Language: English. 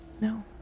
No